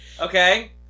Okay